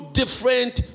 different